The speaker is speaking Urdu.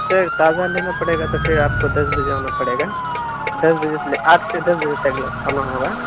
سر تازہ لینا پڑے گا تو پھر آپ کو دس بجے آنا پڑے گا دس بجے سے آٹھ سے دس بجے تک آنا ہوگا